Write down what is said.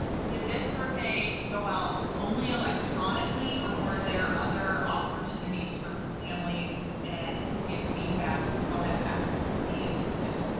did this survey go out only electronically, or were there other opportunities for families and to give feedback who don't have access to the internet?